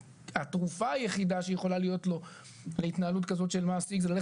שהתרופה היחידה שיכולה להיות לו בשל התנהלות כזו של מעסיק היא ללכת